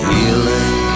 Healing